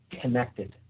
connected